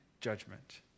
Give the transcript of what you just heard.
judgment